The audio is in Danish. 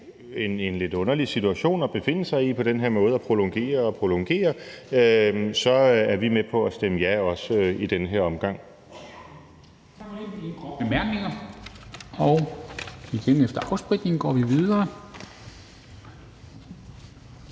en lidt underlig situation at befinde sig i på den her måde at prolongere og prolongere, er vi med på at stemme ja også i den her omgang. Kl. 10:18 Formanden (Henrik